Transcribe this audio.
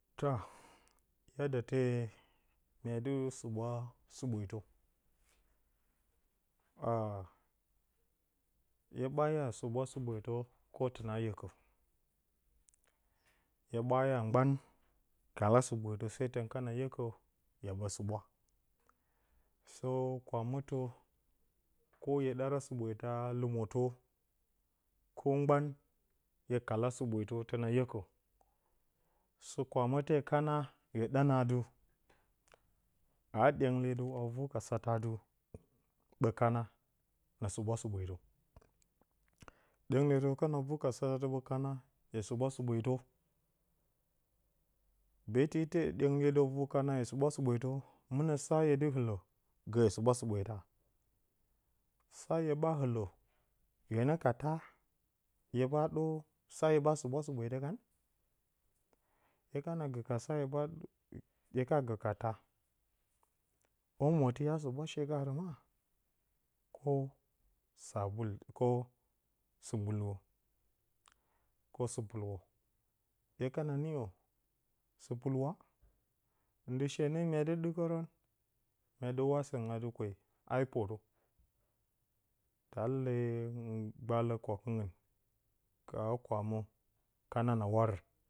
Tǝhh ya da tee mya dɨ suɓwa suɓwetǝ, a hye ɓa iya suɓwa sɨɓwetǝ ko tǝnaa ryekǝ, hye ɓa iya gban kala sɨɓwetǝ se tǝn kana ryekǝ hye ɓǝ suɓwa. sǝ kwamǝtǝ hye ɗara sɨɓwetǝ a lumotǝ ko mgban hye kala sɨɓwetǝ tǝna ryekǝ, sǝ kwamǝte kana hye ɗa nǝ atɨ a ɗyengle dǝw a vu atɨ ɓǝ kana na suɓwa sɨɓwetǝ ɗyengle dǝw kana vu ka satǝ atɨ hye suɓwa sɨɓwetǝ, beetɨ ite ɗyengle ǝw vu atɨɓǝ kana hye suɓwa sɨɓwetǝ, mɨnǝ sa hye dɨ ɨlǝ gǝ hye suɓwa sɨɓweta? Sa hye ɓa ɨlǝ hyenǝ ka taa hye ɓa ɗor sa hye ɓa suɓwashe kan? Hye kana gǝ ka sa hye ɓa, hye kana gǝka taa, omoti hye ɓa suɓwashe kaarǝ ma ko sabult ko sɨbulwo ko sɨbɨlwo, hye kana niyǝ sɨbɨlwa, ndɨ shee nǝ mya dɨ ɗɨkǝrǝn mya dɨ sǝngɨn kwe hypotǝ taa lee mbale kwakɨngɨn ka a kwakǝ kana na warǝn